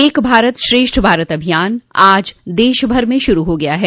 एक भारत श्रेष्ठ भारत अभियान आज देशभर में शुरू हो गया है